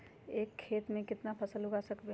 एक खेत मे केतना फसल उगाय सकबै?